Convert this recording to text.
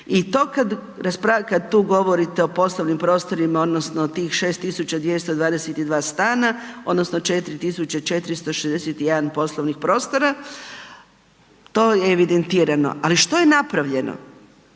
kad tu govorite o poslovnim prostorima odnosno tih 6 tisuća 222 stana odnosno 4 tisuće 461 poslovnih prostora to je evidentirano. Ali što je napravljeno,